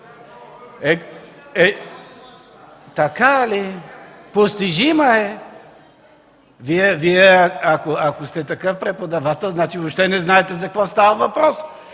Така ли, постижима е?! Ако сте такъв преподавател, значи въобще не знаете за какво става въпрос